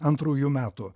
antrųjų metų